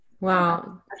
Wow